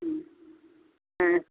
ம் ஆ